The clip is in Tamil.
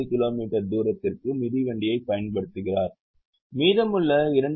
5 கிலோமீட்டர் தூரத்திற்கு மிதிவண்டியைப் பயன்படுத்துகிறார் மீதமுள்ள 2